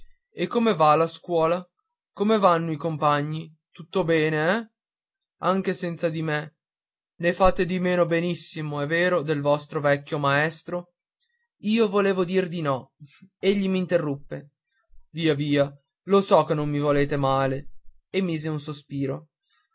e come va la scuola come vanno i compagni tutto bene eh anche senza di me ne fate di meno benissimo è vero del vostro vecchio maestro io volevo dir di no egli m'interruppe via via lo so che non mi volete male e mise un sospiro